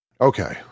okay